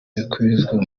yakoherezwa